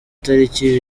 tariki